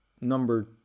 number